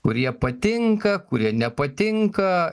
kurie patinka kurie nepatinka